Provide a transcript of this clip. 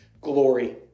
glory